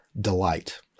delight